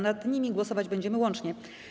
Nad nimi głosować będziemy łącznie.